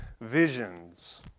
visions